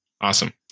Awesome